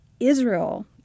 Israel